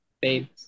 Babe